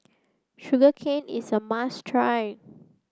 sugar cane is a must try